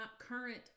current